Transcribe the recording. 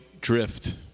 Drift